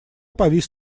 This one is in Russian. повис